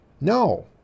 No